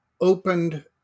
opened